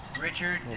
Richard